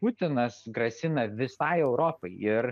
putinas grasina visai europai ir